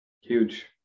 huge